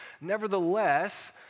nevertheless